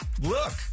look